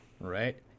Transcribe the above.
Right